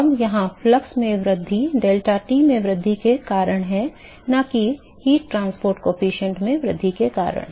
अब यहाँ फ्लक्स में वृद्धि delta T में वृद्धि के कारण है न कि ऊष्मा परिवहन गुणांक में वृद्धि के कारण